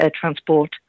transport